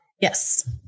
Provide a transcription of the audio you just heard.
Yes